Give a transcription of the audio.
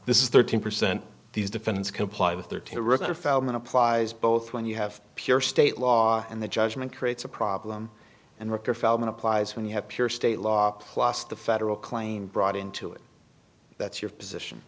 this is thirteen percent these defendants comply with their to require feldman applies both when you have a pure state law and the judgment creates a problem and work or feldman applies when you have pure state law plus the federal claim brought into it that's your position